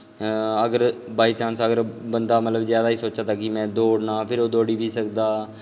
अगर by chance बंदा अगर मतलब जैदा गै सोचा दा कि में दौड़ना फिर ओह् दौड़ी बी सकदा